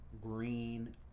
green